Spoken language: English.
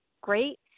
great